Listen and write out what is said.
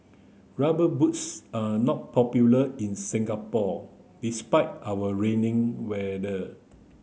rubber boots are not popular in Singapore despite our rainy weather